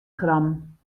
gram